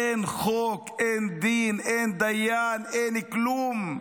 אין חוק, אין דין, אין דיין, אין כלום.